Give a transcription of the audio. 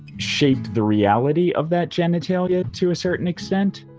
shape the reality of that genitalia to a certain extent.